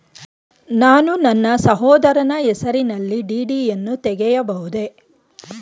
ನಾನು ನನ್ನ ಸಹೋದರನ ಹೆಸರಿನಲ್ಲಿ ಡಿ.ಡಿ ಯನ್ನು ತೆಗೆಯಬಹುದೇ?